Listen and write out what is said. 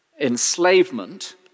enslavement